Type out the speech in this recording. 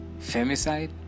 femicide